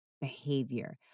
behavior